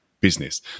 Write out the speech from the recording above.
business